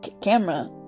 camera